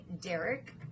Derek